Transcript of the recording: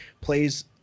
plays